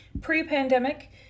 pre-pandemic